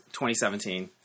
2017